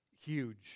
huge